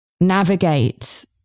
navigate